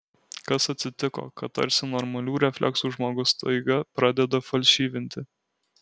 kas atsitiko kad tarsi normalių refleksų žmogus staiga pradeda falšyvinti